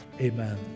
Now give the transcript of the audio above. Amen